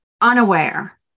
unaware